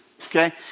okay